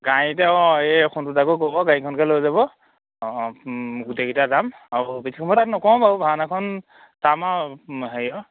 গাড়ীতে অঁ এই সোণটো দাকো ক'ব গাড়ীতে লৈ যাব অঁ গোটেইকেইটা যাম আৰু বেছি সময় টাইম নকৰোঁ বাৰু ভাওনাখন চাম আৰু হেৰিয়ৰ